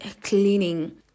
cleaning